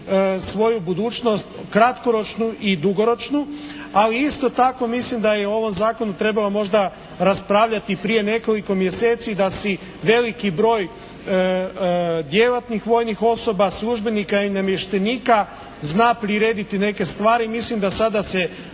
svoju budućnost kratkoročnu i dugoročnu, ali isto tako mislim da je o ovom zakonu trebalo raspravljali prije nekoliko mjeseci da si veliki broj djelatnih vojnih osoba, službenika i namještenika zna prirediti neke stvari. I mislim da sada se